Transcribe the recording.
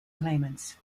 claimants